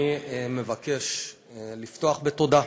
אני מבקש לפתוח בתודה,